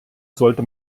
sollte